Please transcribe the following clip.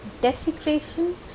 desecration